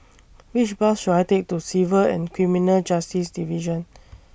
Which Bus should I Take to Civil and Criminal Justice Division